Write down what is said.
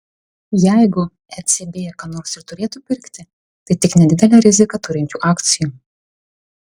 jeigu ecb ką nors ir turėtų pirkti tai tik nedidelę riziką turinčių akcijų